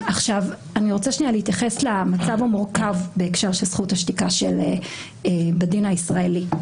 אני רוצה להתייחס למצב המורכב בהקשר של זכות השתיקה בדין הישראלי.